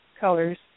colors